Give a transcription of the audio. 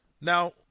Now